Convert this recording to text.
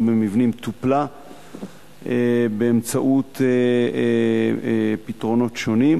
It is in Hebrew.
במבנים טופלה באמצעות פתרונות שונים,